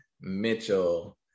Mitchell